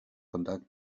conduct